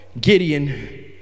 Gideon